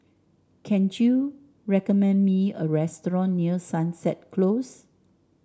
can you recommend me a restaurant near Sunset Close